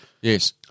Yes